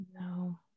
No